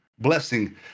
Blessing